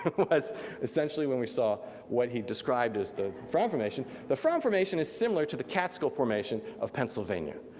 like was essentially when we saw what he described as the fram formation. the fram formation is similar to the catskill formation of pennsylvania.